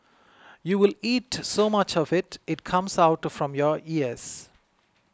you will eat so much of it it comes out from your ears